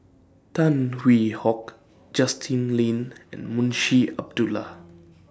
Tan Hwee Hock Justin Lean and Munshi Abdullah